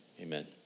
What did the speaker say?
amen